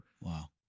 Wow